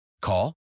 Call